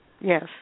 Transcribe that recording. Yes